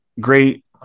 great